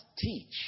teach